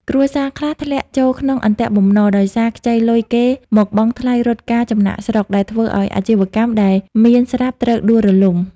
គ្រួសារខ្លះធ្លាក់ចូលក្នុង "អន្ទាក់បំណុល" ដោយសារខ្ចីលុយគេមកបង់ថ្លៃរត់ការចំណាកស្រុក ដែលធ្វើឱ្យអាជីវកម្មដែលមានស្រាប់ត្រូវដួលរលំ។